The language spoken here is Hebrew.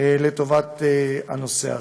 בנושא הזה.